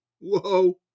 Whoa